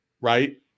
Right